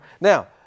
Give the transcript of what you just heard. Now